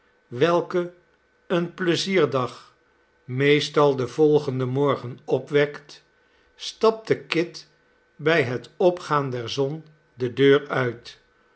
welke een pleizierdag rneestal den volgenden morgen opwekt stapte kit bij het opgaan der zon de deur uit